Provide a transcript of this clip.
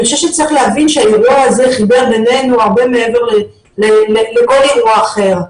אני חושבת שצריך להבין שהאירוע הזה חיבר אלינו הרבה מעבר לכל אירוע אחר.